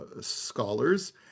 scholars